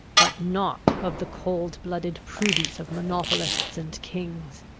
but not of the cold-blooded prudence of monopolists and kings!